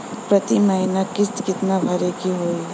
प्रति महीना किस्त कितना भरे के होई?